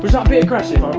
not be aggressive